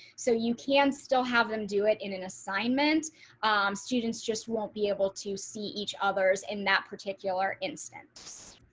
so you can still have them do it in an assignment students just won't be able to see each other's in that particular instance